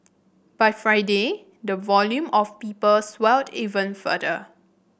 by Friday the volume of people swelled even further